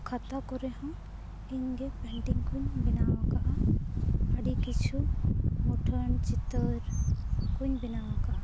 ᱠᱷᱟᱛᱟ ᱠᱚᱨᱮ ᱦᱚᱸ ᱤᱧᱜᱮ ᱯᱮᱱᱴᱤᱝ ᱠᱚᱧ ᱵᱮᱱᱟᱣ ᱟᱠᱟᱫᱼᱟ ᱟᱹᱰᱤ ᱠᱤᱪᱷᱩ ᱢᱩᱴᱷᱟᱹᱱ ᱪᱤᱛᱟᱹᱨ ᱠᱚᱧ ᱵᱮᱱᱟᱣ ᱟᱠᱟᱫᱼᱟ